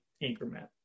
increment